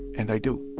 and i do.